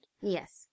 Yes